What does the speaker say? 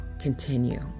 continue